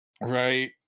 right